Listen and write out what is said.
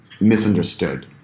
misunderstood